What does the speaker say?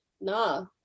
Nah